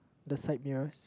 the side mirrors